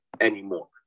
anymore